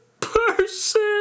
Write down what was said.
person